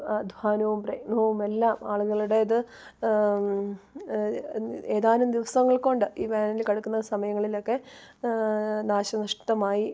അധ്വാനവും പ്രയത്നവും എല്ലാം ആളുകളുടേത് ഏതാനും ദിവസങ്ങൾ കൊണ്ട് ഈ വേനൽ കടക്കുന്ന സമയങ്ങളിലൊക്കെ നാശനഷ്ടമായി